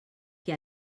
que